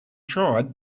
tried